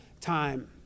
time